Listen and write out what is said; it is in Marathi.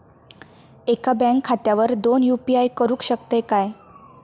एका बँक खात्यावर दोन यू.पी.आय करुक शकतय काय?